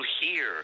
hear